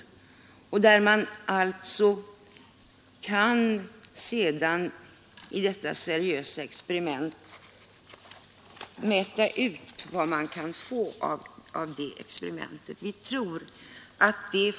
Ett sådant seriöst experiment skulle kunna ge oss en uppfattning om vad resultatet av ett sådant arbete kan bli.